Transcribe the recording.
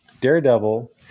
daredevil